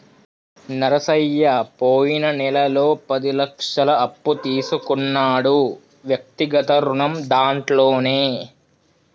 నరసయ్య పోయిన నెలలో పది లక్షల అప్పు తీసుకున్నాడు వ్యక్తిగత రుణం దాంట్లోనే